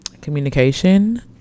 communication